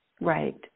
Right